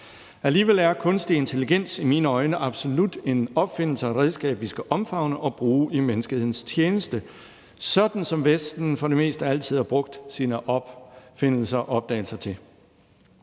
Alligevel er kunstig intelligens i mine øjne absolut en opfindelse og et redskab, vi skal omfavne og bruge i menneskehedens tjeneste, sådan som Vesten for det meste altid har brugt sine opfindelser og opdagelser.